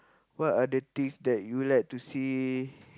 what other things that you like to see